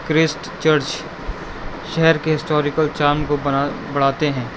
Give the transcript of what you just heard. crust church شہر کے historical charm کو بنا بڑھاتے ہیں